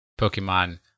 Pokemon